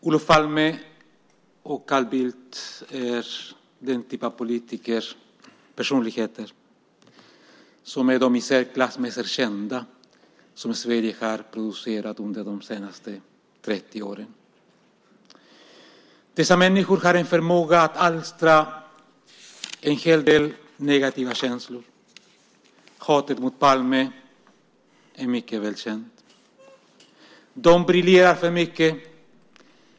Olof Palme och Carl Bildt är de politikerpersonligheter som är de i särklass mest erkända som Sverige har producerat under de senaste 30 åren. Dessa människor har en förmåga att alstra en hel del negativa känslor. Hatet mot Palme är mycket välkänt. De briljerar för mycket.